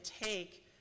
take